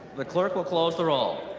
the clerk will close the roll.